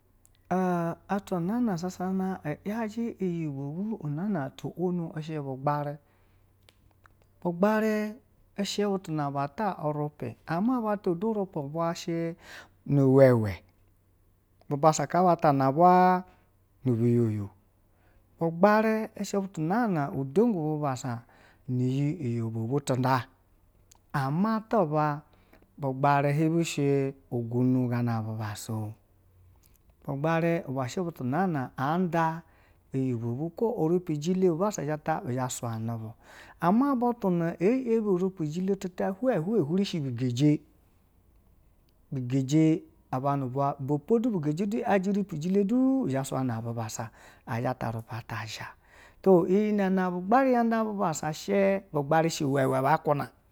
A atwa nana sasana yajɛ iya bovu nana tuwa nu shɛ bu gbare bugave shɛ busu na bata wupe ama bata dn rupe shɛ nu wewɛɛ, bubassa izaa batana busa no biyoy bu gbane shɛ butre nana udogu bubassa ni iyi bobu tinda amatuba bu gbari hibe zha ugu nu gona bubasso, gbari na anda iti bobu̱ ko rupéjele obassa zata bu zhe suyine bu, amabutu na nge yebi urupe jile she hwee hulee shebu haje buhaje abu nu bula ibepo dugaje iyaje urupe jile du azha ta rupe ata zhaa to nene bu gbare ya nda bubassu shɛ bugba everee buhuha.